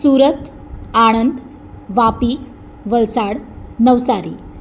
Surat Anand Vapi Valsad Navsari